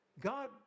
God